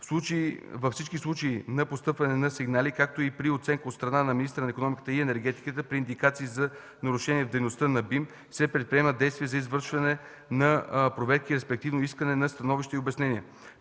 Във всички случаи на постъпване на сигнали, както и при оценка от страна на министъра на икономиката и енергетиката, при индикации за нарушения в дейността на БИМ, се предприемат действия за извършване на проверки, респективно искане на становища и обяснения.